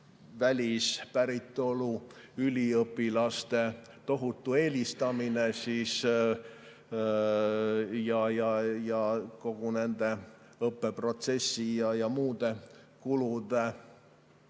Välispäritolu üliõpilaste tohutu eelistamine: kogu nende õppeprotsessi ja muude kulude